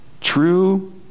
True